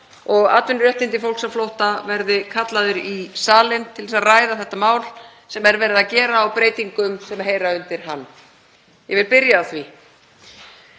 og atvinnuréttindum fólks á flótta, verði kallaður í salinn til að ræða þetta mál sem er verið að gera á breytingar sem heyra undir hann. Virðulegur forseti.